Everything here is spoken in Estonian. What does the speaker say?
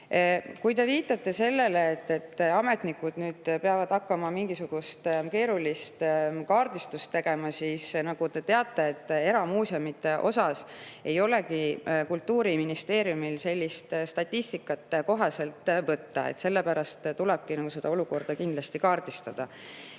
Kui te viitate sellele, et miks ametnikud peavad hakkama mingisugust keerulist kaardistust tegema, siis nagu te teate, ei ole eramuuseumide kohta Kultuuriministeeriumil sellist statistikat kohe võtta. Sellepärast tulebki seda olukorda kindlasti kaardistada.